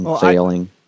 Failing